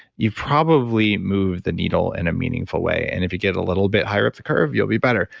you probably move the needle in a meaningful way. and if you get a little bit higher up the curve, you will be better.